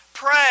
Pray